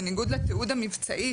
בניגוד לתיעוד המבצעי,